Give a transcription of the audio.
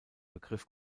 begriff